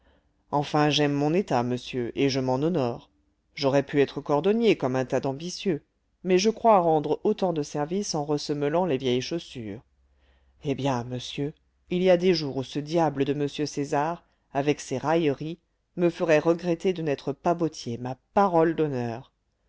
enfin j'aime mon état monsieur et je m'en honore j'aurais pu être cordonnier comme un tas d'ambitieux mais je crois rendre autant de service en ressemelant les vieilles chaussures eh bien monsieur il y a des jours où ce diable de m césar avec ses railleries me ferait regretter de n'être pas bottier ma parole d'honneur